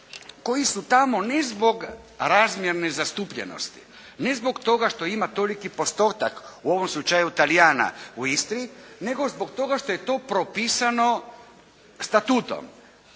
koji su tamo ne zbog razmjerne zastupljenosti, ne zbog toga što ima toliki postotak u ovom slučaju Talijana u Istri, nego zbog toga što je to propisano Statutom.